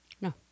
no